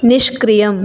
निष्क्रियम्